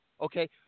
Okay